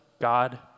God